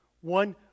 one